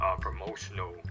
promotional